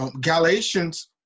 Galatians